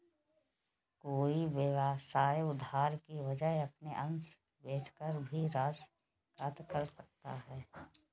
कोई व्यवसाय उधार की वजह अपने अंश बेचकर भी राशि एकत्रित कर सकता है